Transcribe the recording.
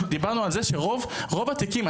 דיברנו על זה שרוב התיקים,